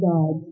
God